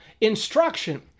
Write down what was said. instruction